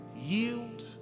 yield